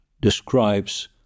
describes